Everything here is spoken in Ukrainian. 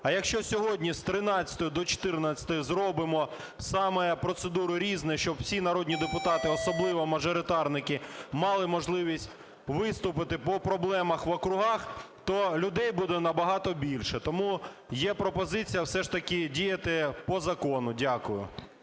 а якщо сьогодні з 13-ї до 14-ї зробимо саме процедуру "Різне", щоб всі народні депутати, особливо мажоритарники, мали можливість виступити по проблема в округах, то людей буде набагато більше. Тому є пропозиція все ж таки діяти по закону. Дякую.